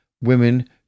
women